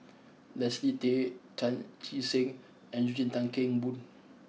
Leslie Tay Chan Chee Seng and Eugene Tan Kheng Boon